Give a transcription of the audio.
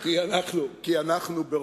כי אנחנו,